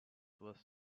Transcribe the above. were